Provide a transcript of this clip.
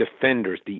defenders